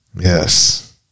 Yes